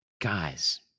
guys